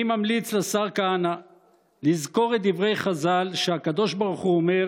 אני ממליץ לשר כהנא לזכור את דברי חז"ל שהקדוש ברוך הוא אומר